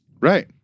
Right